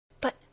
But